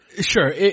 Sure